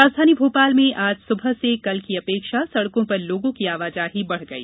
राजधानी भोपाल में आज सुबह से कल की अपेक्षा सडको पर लोगो की आवाजाही बढ़ गई